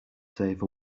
save